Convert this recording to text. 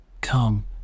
Come